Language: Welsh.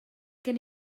gen